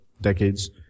decades